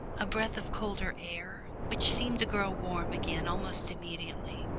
a breath of colder air, which seemed to grow warm again almost immediately,